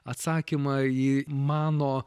atsakymą į mano